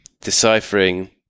deciphering